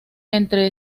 entre